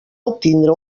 obtindre